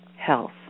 health